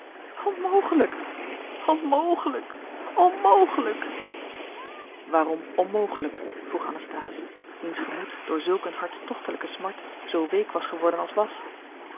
onmogelijk onmogelijk waarom onmogelijk vroeg anasthase wiens gemoed door zulk eene hartstochtelijke smart zoo week was geworden als was